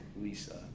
Lisa